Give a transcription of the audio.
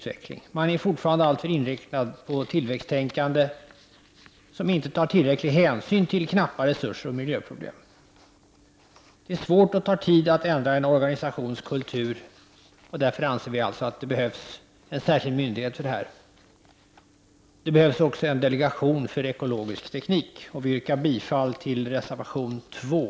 Styrelsen för teknisk utveckling är fortfarande alltför inriktad på tillväxttänkande som innebär att tillräcklig hänsyn inte tas till knappa resurser och miljöproblem. Det är svårt och det tar tid att ändra en organisations kultur, och därför anser vi att det behövs en särskild myndighet för detta. Det behövs också en delegation för ekologisk teknik. Jag yrkar bifall till reservation 2.